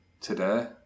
today